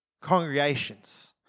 congregations